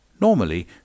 Normally